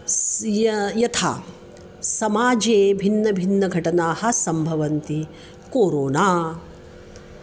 स्य यथा समाजे भिन्नभिन्नघटनाः सम्भवन्ति कोरोना